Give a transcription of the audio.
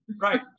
Right